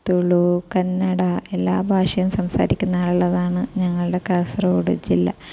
തുളു കന്നഡ എല്ലാ ഭാഷയും സംസാരിക്കുന്ന ആള് ള്ളതാണ് ഞങ്ങളുടെ കാസർഗോഡ് ജില്ല